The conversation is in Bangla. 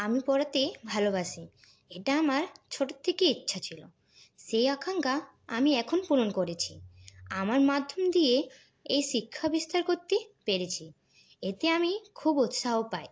আমি পড়াতে ভালোবাসি এটা আমার ছোটোর থেকেই ইচ্ছা ছিল সেই আকাঙ্ক্ষা আমি এখন পূরণ করেছি আমার মাধ্যম দিয়ে এই শিক্ষা বিস্তার করতে পেরেছি এতে আমি খুব উৎসাহ পাই